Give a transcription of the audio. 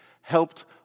helped